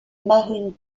marine